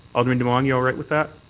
alderman demong, you all right with that?